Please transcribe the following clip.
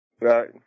Right